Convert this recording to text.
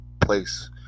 place